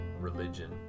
religion